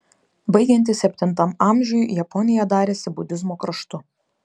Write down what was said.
baigiantis septintam amžiui japonija darėsi budizmo kraštu